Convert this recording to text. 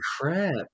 crap